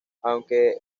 aunque